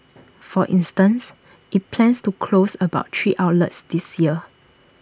for instance IT plans to close about three outlets this year